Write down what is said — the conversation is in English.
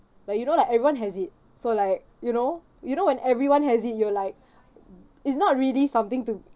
like you know like everyone has it so like you know you know when everyone has it you're like it's not really something to